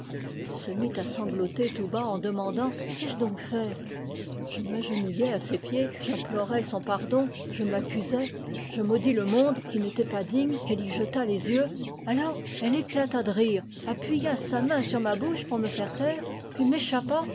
elle se mit à sangloter tout bas en demandant qu'ai-je donc fait je m'agenouillai à ses pieds j'implorai son pardon je m'accusai je maudis le monde qui n'était pas digne qu'elle y jetât les yeux alors elle éclata de rire appuya sa main sur ma bouche pour me faire taire puis m'échappa